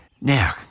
Now